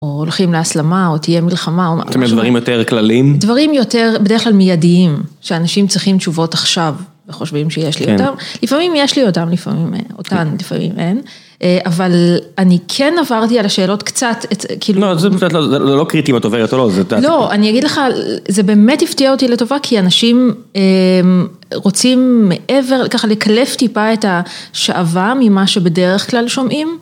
הולכים להסלמה או תהיה מלחמה.. זאת אומרת, דברים יותר כלליים? דברים יותר בדרך כלל מיידיים, שאנשים צריכים תשובות עכשיו, וחושבים שיש לי אותם. לפעמים יש לי אותם, לפעמים אותן, לפעמים אין, אבל אני כן עברתי על השאלות קצת... לא, זה לא קריטי אם את עוברת או לא, זה את יודעת... לא, אני אגיד לך זה באמת הפתיע אותי לטובה, כי אנשים רוצים מעבר ככה לקלף טיפה את השעווה ממה שבדרך כלל שומעים.